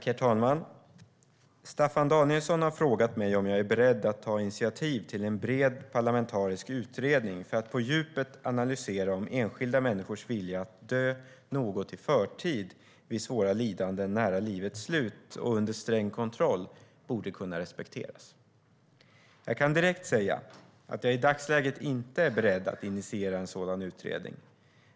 Herr talman! Staffan Danielsson har frågat mig om jag är beredd att ta initiativ till en bred parlamentarisk utredning för att på djupet analysera om enskilda människors vilja att dö något i förtid vid svåra lidanden nära livets slut, och under sträng kontroll, borde kunna respekteras. Jag kan direkt säga att jag i dagsläget inte är beredd att initiera en sådan utredning.